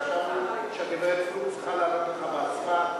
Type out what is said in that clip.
כי חשבנו שגברת פלוג צריכה לענות לך בעצמה.